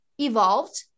evolved